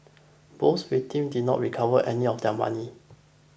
both victim did not recover any of their money